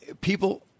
people